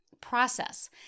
process